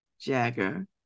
Jagger